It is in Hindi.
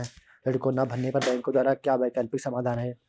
ऋण को ना भरने पर बैंकों द्वारा क्या वैकल्पिक समाधान हैं?